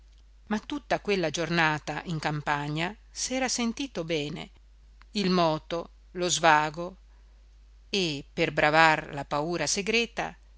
ma tutta quella giornata in campagna s'era sentito bene il moto lo svago e per bravar la paura segreta